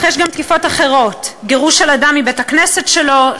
אך יש גם תקיפות אחרות: גירוש אדם מבית-הכנסת שלו,